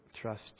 trust